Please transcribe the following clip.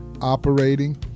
operating